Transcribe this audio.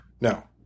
no